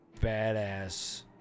badass